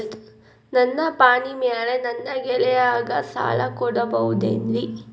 ನನ್ನ ಪಾಣಿಮ್ಯಾಲೆ ನನ್ನ ಗೆಳೆಯಗ ಸಾಲ ಕೊಡಬಹುದೇನ್ರೇ?